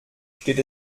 steht